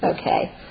Okay